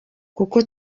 kuko